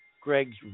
Greg's